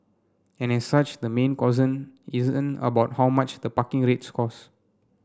and as such the main concern isn't about how much the parking rates cost